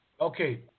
Okay